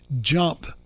jump